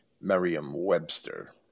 Merriam-Webster